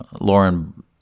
Lauren